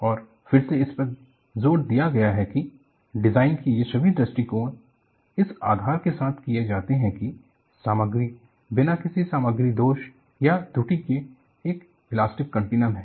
और फिर से इस पर जोर दिया गया है कि डिज़ाइन के ये सभी दृष्टिकोण इस आधार के साथ किए जाते हैं कि सामग्री बिना किसी सामग्री दोष या त्रुटि के एक इलास्टिक कंटीनम है